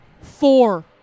Four